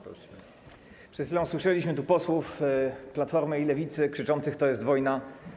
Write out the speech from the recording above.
Przed chwilą słyszeliśmy tu posłów Platformy i Lewicy krzyczących: to jest wojna!